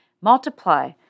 Multiply